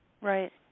Right